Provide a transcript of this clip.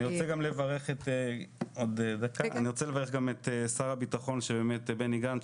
אני רוצה לברך גם את שר הביטחון בני גנץ,